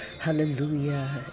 Hallelujah